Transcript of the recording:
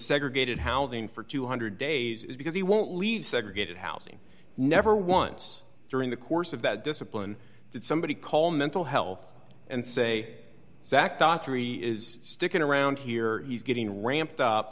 segregated housing for two hundred days because he won't leave segregated housing never once during the course of that discipline that somebody call mental health and say zack dockery is sticking around here he's getting ramped up